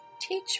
Teach